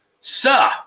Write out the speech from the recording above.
sir